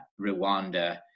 rwanda